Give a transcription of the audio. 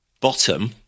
bottom